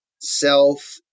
Self